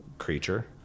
Creature